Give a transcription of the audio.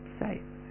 safe